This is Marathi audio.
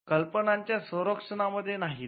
कल्पनांच्या संरक्षणामध्ये नाहीत